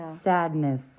sadness